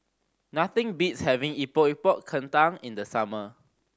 nothing beats having Epok Epok Kentang in the summer